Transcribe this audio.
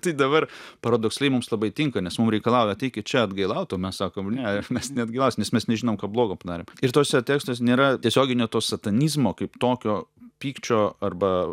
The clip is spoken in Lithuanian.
tai dabar paradoksaliai mums labai tinka nes mum reikalauja ateikit čia atgailaut o mes sakom ne mes neatgailausim nes mes nežinom ką blogo padarėm ir tuose tekstuose nėra tiesioginio to satanizmo kaip tokio pykčio arba